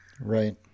Right